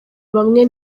bamwe